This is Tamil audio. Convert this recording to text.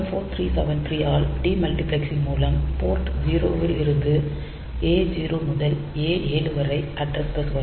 74373 ஆல் டி மல்டிபிளெக்சிங் மூலம் போர்ட் 0 இலிருந்து A0 முதல் A7 வரை அட்ரஸ் பஸ் வரும்